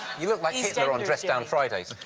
you look like hitler on dress-down fridays.